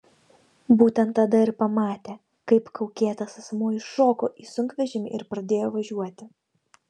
būtent tada ir pamatė kaip kaukėtas asmuo įšoko į sunkvežimį ir pradėjo važiuoti